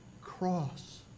cross